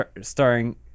starring